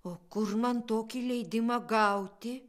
o kur man tokį leidimą gauti